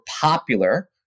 popular